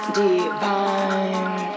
divine